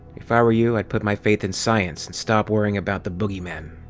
if i were you, i'd put my faith in science and stop worrying about the boogeyman.